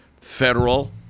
federal